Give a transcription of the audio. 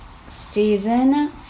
season